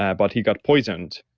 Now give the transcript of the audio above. yeah but he got poisoned.